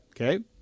okay